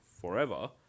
forever